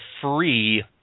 free